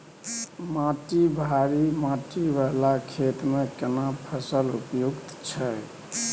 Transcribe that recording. माटी भारी माटी वाला खेत में केना फसल उपयुक्त छैय?